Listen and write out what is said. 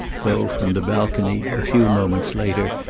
though, from the balcony, a few moments later,